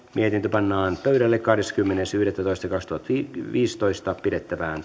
mietintö pannaan pöydälle kahdeskymmenes yhdettätoista kaksituhattaviisitoista pidettävään